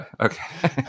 Okay